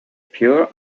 pure